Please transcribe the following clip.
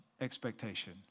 Expectation